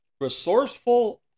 Resourceful